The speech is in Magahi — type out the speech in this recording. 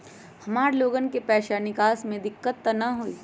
हमार लोगन के पैसा निकास में दिक्कत त न होई?